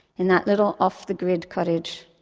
in that little off-the-grid cottage.